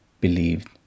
believed